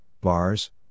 bars